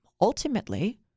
Ultimately